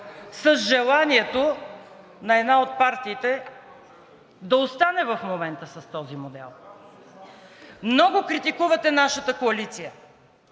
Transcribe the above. с желанието на една от партиите да остане в момента с този модел? Много критикувате нашата коалиция: